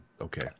Okay